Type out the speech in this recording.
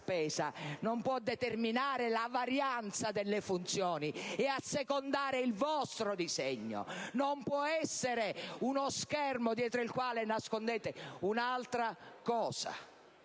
non può determinare la varianza delle funzioni e assecondare il vostro disegno; non può essere uno schermo dietro il quale nascondete un'altra cosa.